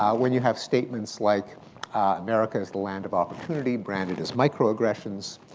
when you have statements like america is the land of opportunity branded as microaggressions,